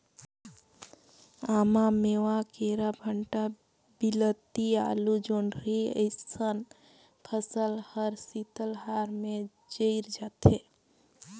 आमा, मेवां, केरा, भंटा, वियलती, आलु, जोढंरी अइसन फसल हर शीतलहार में जइर जाथे